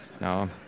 No